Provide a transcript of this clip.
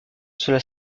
cela